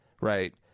right